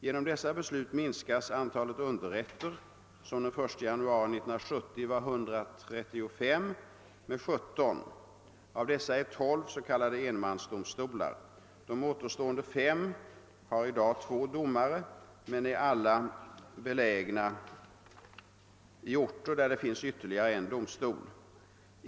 Genom dessa beslut minskas antalet underrätter — som den 1 januari 1970 var 135 — med 17. Av dessa är tolv s.k. enmansdomstolar. De återstående fem har i dag två domare men är alla belägna i orter där det finns ytterligare en domstol.